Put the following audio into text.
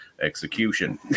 execution